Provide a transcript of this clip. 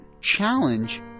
challenge